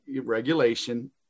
regulation